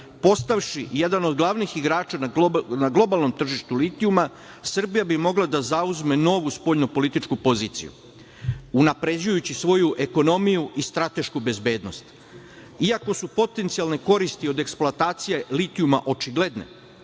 Postavši jedan od glavnih igrača na globalnom tržištu litijuma Srbija bi mogla da zauzme novu spoljnopolitičku poziciju, unapređujući svoju ekonomiju i stratešku bezbednost. Iako su potencijalne koristi od eksploatacije litijuma očigledne,